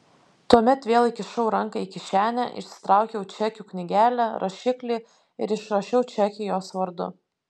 tuomet vėl įkišau ranką į kišenę išsitraukiau čekių knygelę rašiklį ir išrašiau čekį jos vardu